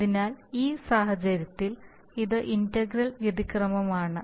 അതിനാൽ ഈ സാഹചര്യത്തിൽ ഇത് ഇന്റഗ്രൽ വ്യതിക്രമാണ്